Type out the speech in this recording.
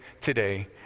today